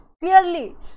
clearly